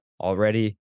already